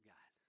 God